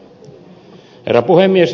herra puhemies